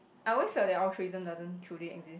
I always felt that altruism doesn't truly exist